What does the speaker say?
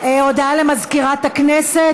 הודעה למזכירת הכנסת,